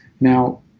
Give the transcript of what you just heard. Now